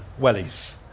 wellies